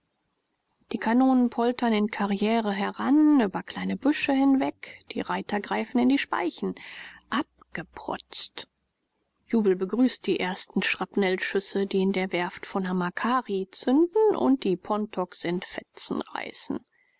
die kanonen poltern in karriere heran über kleine büsche hinweg die reiter greifen in die speichen abgeprotzt jubel begrüßt die ersten schrapnellschüsse die in der werft von hamakari zünden und die pontoks in fetzen reißen